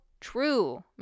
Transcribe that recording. true